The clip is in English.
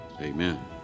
Amen